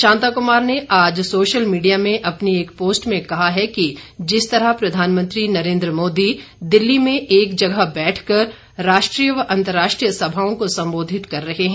शांता कुमार ने आज social media में अपनी एक पोस्ट में कहा है कि जिस तरह प्रधानमंत्री नरेन्द्र मोदी दिल्ली में एक जगह बैठकर राष्ट्रीय व अंतर्राष्ट्रीय सभाओं को सम्बोधित कर रहे हैं